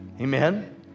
Amen